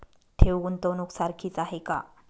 ठेव, गुंतवणूक सारखीच आहे का?